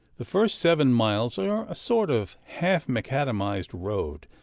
the first seven miles are a sort of half-macadamized road,